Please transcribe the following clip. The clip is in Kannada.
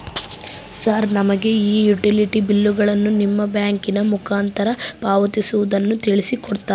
ಸರ್ ನಮಗೆ ಈ ಯುಟಿಲಿಟಿ ಬಿಲ್ಲುಗಳನ್ನು ನಿಮ್ಮ ಬ್ಯಾಂಕಿನ ಮುಖಾಂತರ ಪಾವತಿಸುವುದನ್ನು ತಿಳಿಸಿ ಕೊಡ್ತೇರಾ?